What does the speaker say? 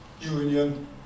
Union